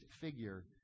figure